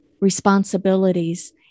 responsibilities